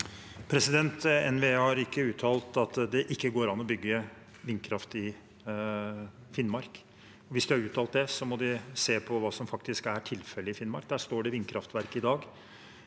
NVE har ikke ut- talt at det ikke går an å bygge vindkraft i Finnmark. Hvis de har uttalt det, må de se hva som faktisk er tilfellet i Finnmark. Det står vindkraftverk der i dag.